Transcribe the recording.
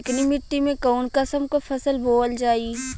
चिकनी मिट्टी में कऊन कसमक फसल बोवल जाई?